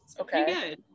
Okay